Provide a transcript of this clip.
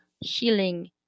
healing